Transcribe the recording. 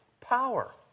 power